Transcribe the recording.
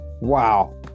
Wow